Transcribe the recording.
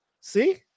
see